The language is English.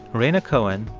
rhaina cohen,